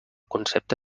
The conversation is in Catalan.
concepte